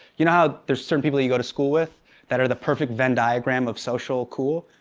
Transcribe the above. you know how there's certain people you go to school with that are the perfect venn diagram of social-cool?